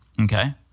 Okay